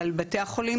אבל אולי בתי החולים,